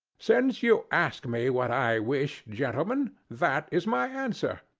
since you ask me what i wish, gentlemen, that is my answer.